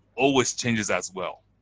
always changes as well.